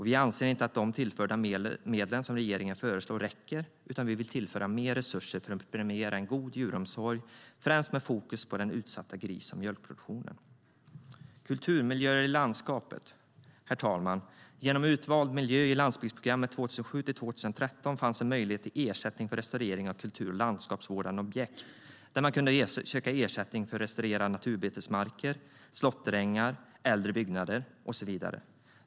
Vi anser inte att de medel som regeringen föreslår räcker, utan vi vill tillföra mer resurser för att premiera god djuromsorg, främst med fokus på den utsatta gris och mjölkproduktionen. Herr talman! Genom utvald miljö i landsbygdsprogrammet 2007-2013 fanns en möjlighet till ersättning för restaurering av kultur och landskapsvårdande objekt där man kunde söka ersättning för att restaurera naturbetesmarker, slåtterängar, äldre byggnader och så vidare.